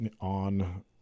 on